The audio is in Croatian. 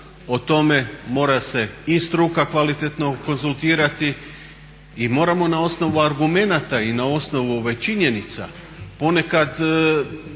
O tome mora se i struka kvalitetno konzultirati i moramo na osnovu argumenata i na osnovu činjenica, ponekad